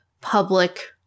public